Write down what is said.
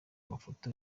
mafoto